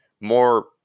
more